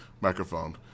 microphone